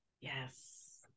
yes